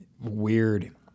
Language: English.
Weird